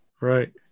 Right